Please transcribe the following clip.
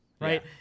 Right